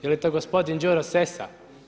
Je li to gospodin Đuro Sessa?